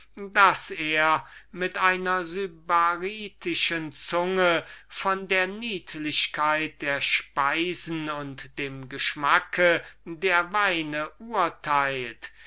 daß er mit einer sybaritischen zunge von der niedlichkeit der speisen und dem geschmack der weine urteilt